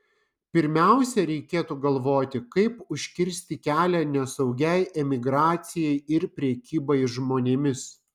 pirmiausia reikėtų galvoti kaip užkirsti kelią nesaugiai emigracijai ir prekybai žmonėmis